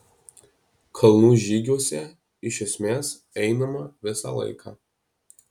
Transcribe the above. kalnų žygiuose iš esmės einama visą laiką